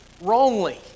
wrongly